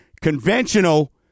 Conventional